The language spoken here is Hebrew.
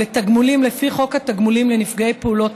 לתגמולים לפי חוק התגמולים לנפגעי פעולות